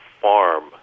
farm